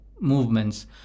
movements